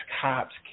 cops